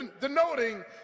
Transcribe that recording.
denoting